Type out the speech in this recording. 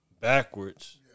backwards